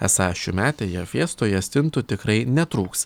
esą šiųmetėje fiestoje stintų tikrai netrūks